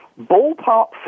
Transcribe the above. ballpark